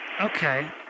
Okay